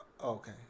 Okay